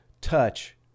touch